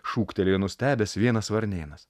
šūktelėjo nustebęs vienas varnėnas